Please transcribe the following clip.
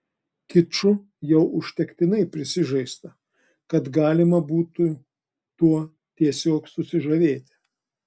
kiču jau užtektinai prisižaista kad galima būtų tuo tiesiog susižavėti